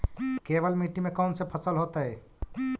केवल मिट्टी में कौन से फसल होतै?